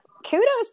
kudos